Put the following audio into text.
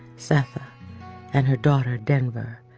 sam and her daughter, denver.